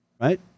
right